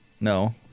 No